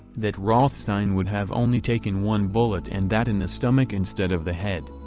that rothstein would have only taken one bullet and that in the stomach instead of the head.